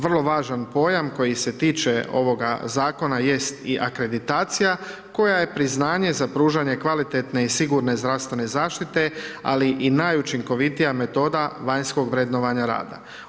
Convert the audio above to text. Vrlo važan pojam koji se tiče ovoga zakona jest i akreditacija koje priznanje za pružanje kvalitetne i sigurne zdravstvene zaštite ali i najučinkovitija metoda vanjskog vrednovanja rada.